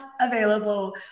available